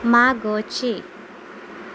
मागचे